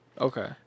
Okay